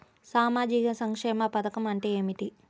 సామాజిక సంక్షేమ పథకం అంటే ఏమిటి?